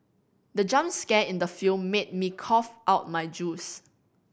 the jump scare in the film made me cough out my juice